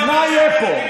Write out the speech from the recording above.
אז מה יהיה פה?